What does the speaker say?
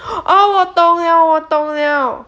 哦我懂了我懂了